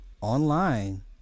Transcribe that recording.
online